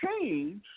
change